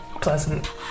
pleasant